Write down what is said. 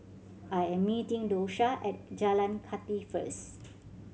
I am meeting Dosha at Jalan Kathi first